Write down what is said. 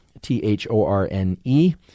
T-H-O-R-N-E